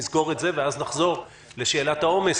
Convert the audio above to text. נסגור את זה ואז נחזור לשאלת העומס,